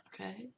okay